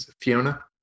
Fiona